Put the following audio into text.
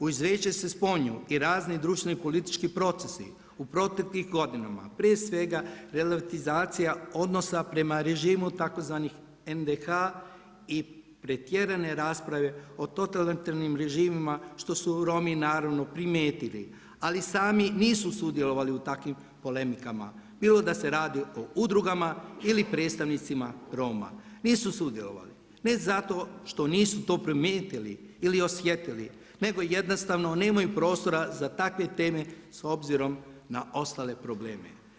U Izvješću se spominju i razni društveni i politički procesi u proteklim godinama prije svega relativizacija odnosa prema režimu tzv. NDH i pretjerane rasprave o totalitarnim režimima što su Romi naravno primijetili ali sami nisu sudjelovali u takvim polemikama bilo da se radi o udrugama ili predstavnicima Roma, nisu sudjelovali, ne zato što nisu to primijetili ili osjetili nego jednostavno nemaju prostora za takve teme s obzirom na ostale probleme.